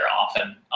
often